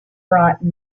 brought